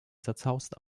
zerzaust